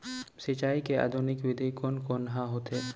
सिंचाई के आधुनिक विधि कोन कोन ह होथे?